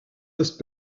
ist